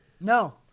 No